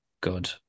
good